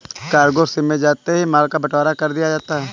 cargo ship में जाते ही माल का बंटवारा कर दिया जाता है